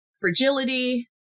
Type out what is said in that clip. fragility